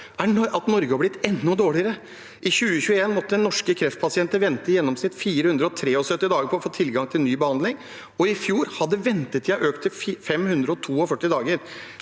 at Norge har blitt enda dårligere. I 2021 måtte norske kreftpasienter vente i gjennomsnitt 473 dager på å få tilgang til ny behandling, og i fjor hadde ventetiden økt til 542 dager.